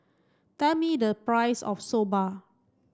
tell me the price of Soba